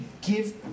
give